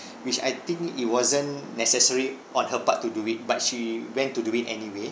which I think it wasn't necessary on her part to do it but she went to do it anyway